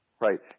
Right